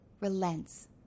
relents